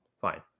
fine